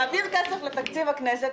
אנחנו מעבירים כסף לתקציב הכנסת.